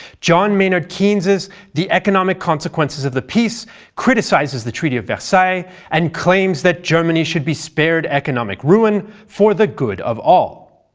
john maynard keynes's the economic consequences of the peace criticizes the treaty of versailles and claims that germany should be spared economic ruin for the good of all.